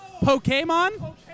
Pokemon